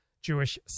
Jewish